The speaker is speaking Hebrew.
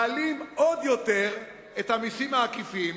מעלים עוד יותר את המסים העקיפים